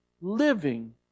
living